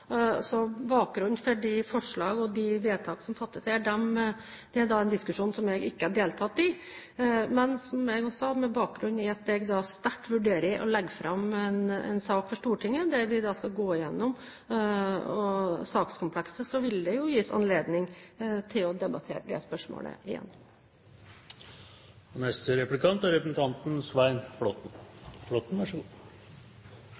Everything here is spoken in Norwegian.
Bakgrunnen for de forslag og de vedtak som fattes her, er en diskusjon som jeg ikke har deltatt i. Men med bakgrunn i at jeg sterkt vurderer å legge fram en sak for Stortinget der vi skal gå gjennom sakskomplekset, vil det jo gis anledning til å debattere det spørsmålet igjen. I et annet brev til næringskomiteen skriver statsråden den 23. februar om hvem som skal ilegge overtredelsesgebyrene, og